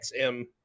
XM